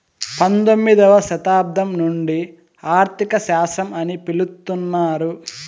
పంతొమ్మిదవ శతాబ్దం నుండి ఆర్థిక శాస్త్రం అని పిలుత్తున్నారు